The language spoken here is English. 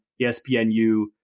ESPNU